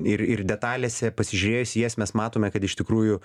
ir ir detalėse pasižiūrėjus į jas mes matome kad iš tikrųjų